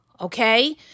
Okay